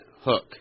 Hook